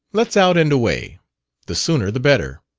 let's out and away the sooner the better.